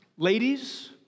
Ladies